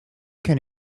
can